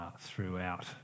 throughout